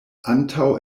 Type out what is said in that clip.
antaŭ